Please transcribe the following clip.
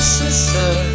sister